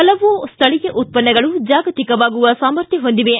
ಹಲವು ಸ್ಥಳೀಯ ಉತ್ಪನ್ನಗಳು ಜಾಗತಿಕವಾಗುವ ಸಾಮರ್ಥ್ಯ ಹೊಂದಿವೆ